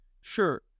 sure